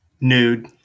Nude